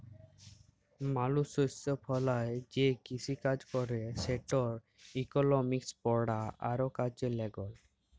মালুস শস্য ফলায় যে কিসিকাজ ক্যরে সেটর ইকলমিক্স পড়া আরও কাজে ল্যাগল